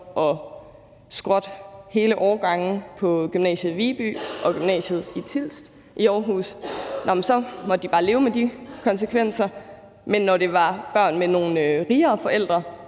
at skrotte hele årgange på gymnasiet i Viby og gymnasiet i Tilst i Aarhus, måtte de bare leve med de konsekvenser, men når det var børn med nogle rigere forældre,